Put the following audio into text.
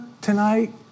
tonight